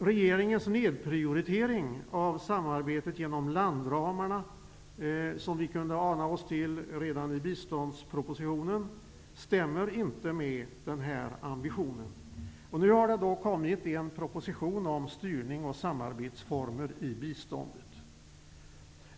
Regeringens nedprioritering av samarbetet inom landramarna, som vi kunde ana oss till redan i biståndspropositionen, stämmer inte med denna ambition. Det har nu kommit en proposition om styrning och samarbetsformer i biståndet.